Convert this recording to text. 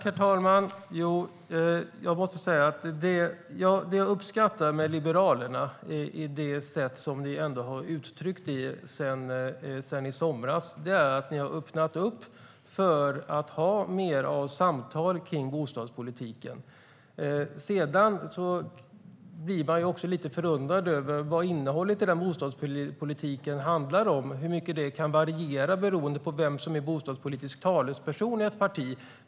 Herr talman! Jag måste säga att det jag uppskattar med Liberalerna - det gäller ert sätt att uttrycka er sedan i somras - är att ni har öppnat för att ha mer av samtal kring bostadspolitiken. Sedan blir man lite förundrad över vad innehållet i den bostadspolitiken handlar om och hur mycket det kan variera beroende på vem som är bostadspolitisk talesperson i ett parti.